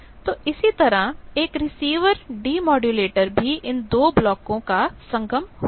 तो इसी तरह एक रिसीवर डेमोडुलेटर में भी इन दो ब्लॉकों का संगम होता है